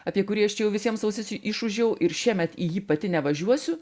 apie kurį aš jau visiems ausis išūžiau ir šiemet į jį pati nevažiuosiu